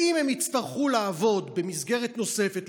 שאם הם יצטרכו לעבוד במסגרת נוספת,